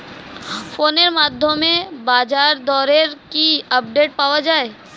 ফোনের মাধ্যমে বাজারদরের কি আপডেট পাওয়া যায়?